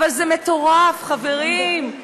אבל זה מטורף, חברים.